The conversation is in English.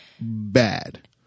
bad